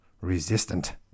...resistant